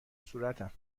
صورتم